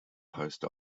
post